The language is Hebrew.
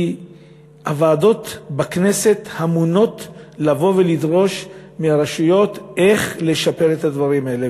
כי הוועדות בכנסת אמונות לבוא ולדרוש מהרשויות איך לשפר את הדברים האלה.